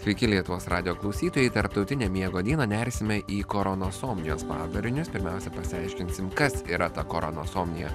sveiki lietuvos radijo klausytojai tarptautinę miego dieną nersime į koronosomijos padarinius pirmiausia pasiaiškinsim kas yra ta koronosomija